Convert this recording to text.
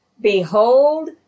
Behold